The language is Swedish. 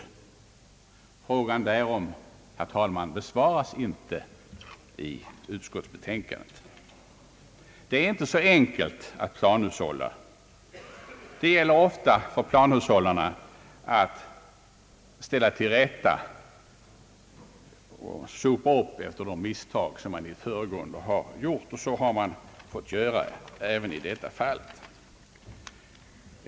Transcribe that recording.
Frågan därom, herr talman, besvaras inte i utskottsbetänkandet. Det är inte så enkelt att planhushålla. Det gäller ofta för planhushållarna att ställa till rätta och att sopa upp efter de misstag som man i det föregående har gjort, och så har man fått göra även i detta fall.